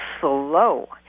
slow